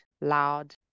loud